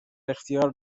اختیار